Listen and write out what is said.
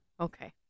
Okay